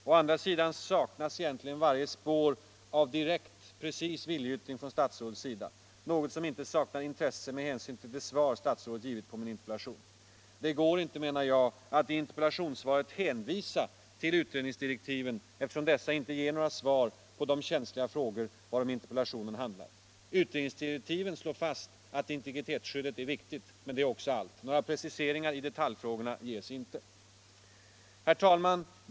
Å andra sidan saknas egentligen varje spår av direkt viljeyttring från statsrådets sida, något som inte saknar intresse med hänsyn till det svar som statsrådet har givit på min interpellation. Det går inte, menar jag, att i interpellationssvaret hänvisa till utredningsdirektiven, eftersom dessa inte ger några svar på de känsliga frågor om vilka interpellationen handlar. Utredningsdirektiven slår fast att integritetsskyddet är viktigt, men det är också allt. Några preciseringar i detaljfrågorna ges inte. Herr talman!